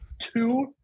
Two